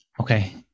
Okay